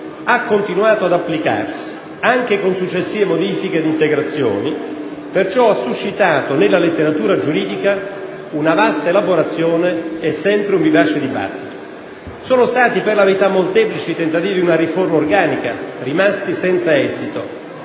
ha continuato ad applicarsi, anche con successive modifiche ed integrazioni, e ciò ha suscitato nella letteratura giuridica una vasta elaborazione e sempre un vivace dibattito. Sono stati per la verità molteplici i tentativi di una riforma organica rimasti senza esito,